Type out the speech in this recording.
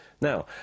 Now